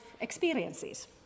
experiences